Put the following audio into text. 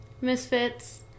misfits